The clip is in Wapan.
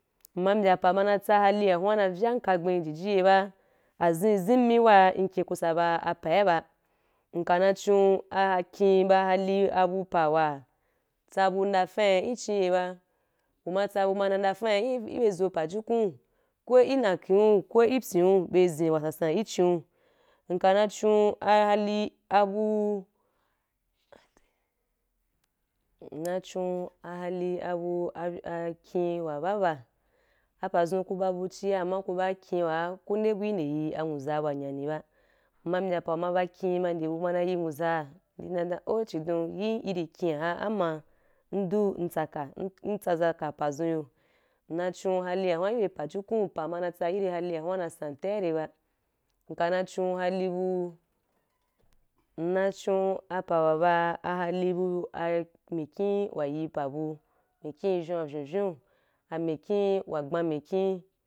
Mma bya apa ma na tsa halim wa hunra na vyan ka gbe jiji ye ba azi izin me wa ikin kutsa ba pa’ba. Nka na chon akin, ba halim bu pa wa tsabu ndapa ichi ye ba, uma tsabu ma ndafa izou pa-jukun, ko nna kiu, ko ipyiu be zin wasansan ke idi’u. Nka na chon ahalim abu, nna chon ahalim abu akhi wa bu ba, apazu ku ba abu ciya, amma ku ba kin wa ku nde bu nde ye awuza wa nyani ba, mna bya pa ma ba khi’n nde bu ma na ye nuluza, ndi na dan “oh” chidon, yin ari khi” a an ma ndu ntsa ka, ntsa zan ka pazun yu. Nna chon halim” wa hun’ ra ibe pa-jukun. Apa ma na tsa yiri halim a hun na san taya iri ba. Nka na chon halim bu-nna chou a pa wa ba “halim” bu amikhi wa ye pa bu, mikhi vyon wa vyon, mikhi wa gba mikhi.